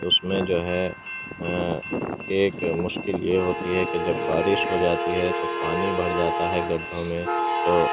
اُس میں جو ہے ایک مشکل یہ ہوتی ہے کہ جب بارش ہو جاتی ہے تو پانی بڑھ جاتا ہے گڈھوں میں تو